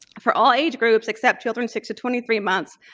for all age groups except children six twenty three months,